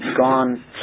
gone